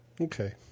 Okay